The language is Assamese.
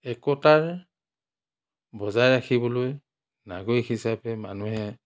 একতাৰ বজাই ৰাখিবলৈ নাগৰিক হিচাপে মানুহে